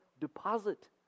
deposit